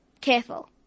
Careful